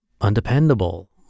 undependable